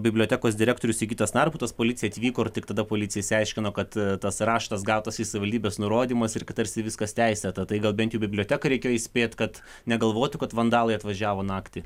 bibliotekos direktorius sigitas narbutas policija atvyko ir tik tada policija išsiaiškino kad tas raštas gautas iš savivaldybės nurodymas ir kad tarsi viskas teisėta tai gal bent jau biblioteką reikėjo įspėt kad negalvotų kad vandalai atvažiavo naktį